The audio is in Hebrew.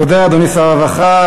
תודה, אדוני שר הרווחה.